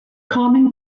common